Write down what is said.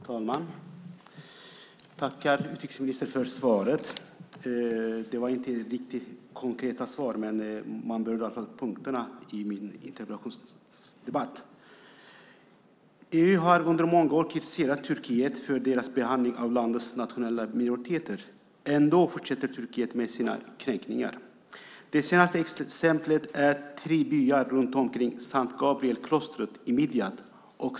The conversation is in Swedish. Herr talman! Jag tackar utrikesministern för svaret. Det var inga riktigt konkreta svar, men ministern berör i alla fall punkterna i min interpellation. EU har under många år kritiserat Turkiet för dess behandling av landets nationella minoriteter. Ändå fortsätter Turkiet med sina kränkningar. Det senaste exemplet är tre byar runt omkring Sankt Gabrielklostret i Midyat.